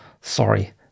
Sorry